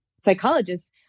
psychologists